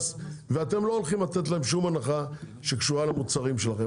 ואתם לא הולכים לתת להם שום הנחה שקשורה למוצרים שלכם.